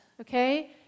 okay